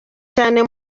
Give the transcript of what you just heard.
cyane